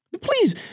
Please